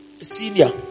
senior